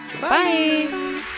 Bye